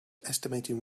estimating